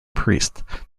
priest